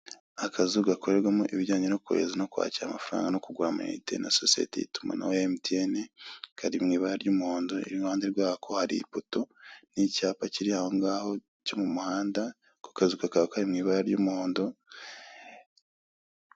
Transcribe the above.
Akazu gakorerwamo ibijyanye no kohereza no kwakira amafaranga no kugura amayite na sosiyete y'itumanaho MTN, kari mu ibara ry'umuhondo iruhande rwako hari ipoto, n'icyapa kiri aho ngaho cyo mu muhanda, ako kazu kakaba kari mu ibara ry'umuhondo.